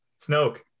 Snoke